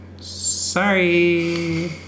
sorry